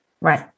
Right